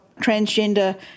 transgender